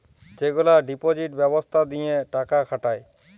যেগলা ডিপজিট ব্যবস্থা দিঁয়ে টাকা খাটায়